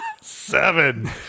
seven